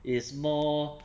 is more